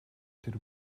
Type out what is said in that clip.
тэр